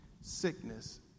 sickness